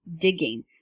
digging